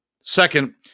Second